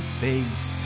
face